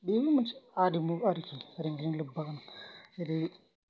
बेनो मोनसे आरिमु आरोखि जेरैजोंबो लोब्बा दं जेरै